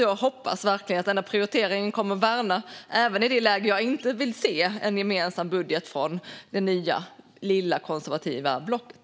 Jag hoppas verkligen att denna prioritering kommer att värnas även i det läge jag inte vill se med en gemensam budget från det nya lilla konservativa blocket.